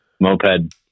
moped